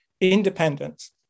independence